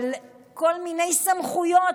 על כל מיני סמכויות,